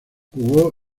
jugó